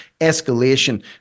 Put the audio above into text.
Escalation